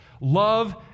Love